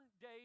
day